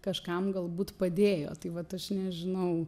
kažkam galbūt padėjo tai vat aš nežinau